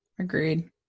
Agreed